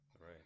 right